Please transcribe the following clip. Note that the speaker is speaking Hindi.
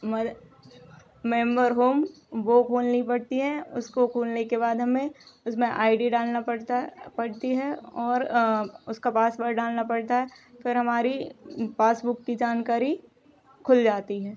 मर मेंबर होम वह खोलनी पड़ती है उसको खोलने के बाद हमें उसमें आइ डी डालना पड़ता है पड़ती है और उसका पासवर्ड डालना पड़ता है फिर हमारी पासबुक की जानकारी खुल जाती है